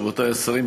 רבותי השרים,